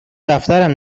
دفترم